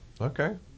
okay